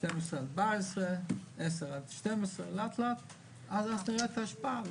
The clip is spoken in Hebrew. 12 עד 14, 10 עד 12, לאט-לאט לראות את ההשפעה.